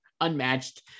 unmatched